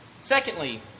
Secondly